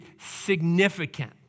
significant